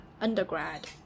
undergrad